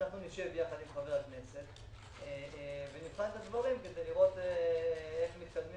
אנחנו נשב עם חבר הכנסת כץ ונבחן את הדברים כדי לראות איך מתקדמים